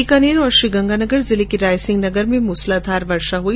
बीकानेर और श्रीगंगानगर जिले के रायसिंह नगर में मूसलाधार वर्षा हुई